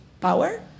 power